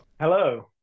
Hello